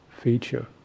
Feature